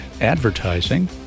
advertising